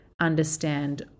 understand